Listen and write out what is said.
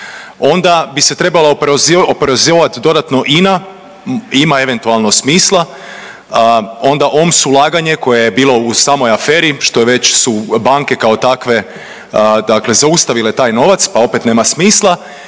onda bi se trebalo oporezovati dodatno INA, ima eventualno smisla, onda OMS Ulaganje koje je bilo u samoj aferi, što već su banke kao takve dakle zaustavile taj novac pa opet nema smisla